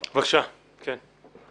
בבקשה, כן.